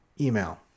email